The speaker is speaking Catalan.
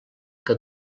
que